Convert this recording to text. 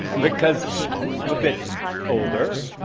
because i'm a bit older,